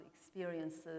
experiences